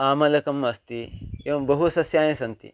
आमलकम् अस्ति एवं बहु सस्यानि सन्ति